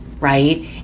right